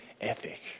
ethic